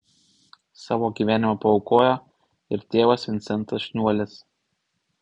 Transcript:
savo gyvenimą paaukojo ir tėvas vincentas šniuolis